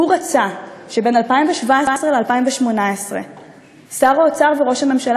הוא רצה שבין 2017 ל-2018 שר האוצר וראש הממשלה